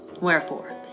wherefore